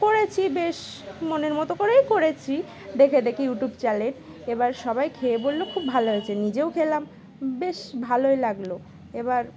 করেছি বেশ মনের মতো করেই করেছি দেখে দেখে ইউটিউব চ্যানেল এবার সবাই খেয়ে বলল খুব ভালো হয়েছে নিজেও খেলাম বেশ ভালোই লাগলো এবার